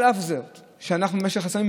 על אף זאת שאנחנו במשך עשורים,